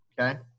Okay